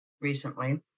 recently